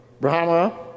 Brahma